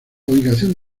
ubicación